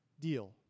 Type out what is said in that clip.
deal